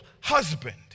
husband